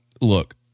look